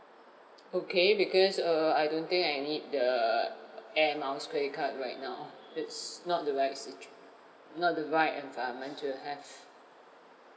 okay because err I don't think I need the air miles credit card right now it's not the right situ~ not the right environment to have